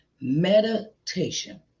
meditation